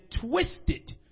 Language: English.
twisted